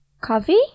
Coffee